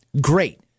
Great